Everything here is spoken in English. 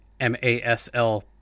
MASL